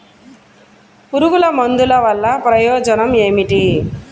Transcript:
పురుగుల మందుల వల్ల ప్రయోజనం ఏమిటీ?